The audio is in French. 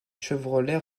chevrolet